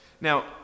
Now